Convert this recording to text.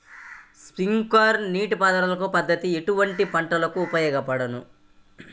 Sprinkler నీటిపారుదల పద్దతి ఎటువంటి పంటలకు ఉపయోగపడును?